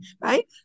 right